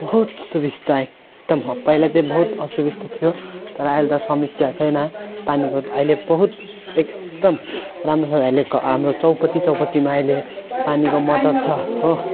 बहुत सुबिस्ता है एकदम पहिला चाहिँ बहुत असुबिस्ता थियो तर अहिले त समस्या छैन पानीको अहिले बहुत एकदम राम्रो छ अहिलेको हाम्रो चौपती चौपतीमा अहिले पानीको मोटर छ हो